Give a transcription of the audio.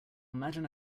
imagine